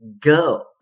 go